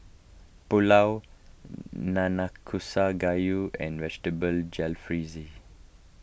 Pulao Nanakusa Gayu and Vegetable Jalfrezi